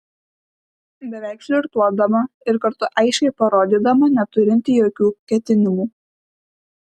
beveik flirtuodama ir kartu aiškiai parodydama neturinti jokių ketinimų